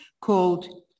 called